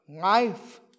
life